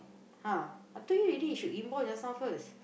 (huh) I told you already should inbound just now first